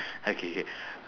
okay K